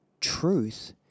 truth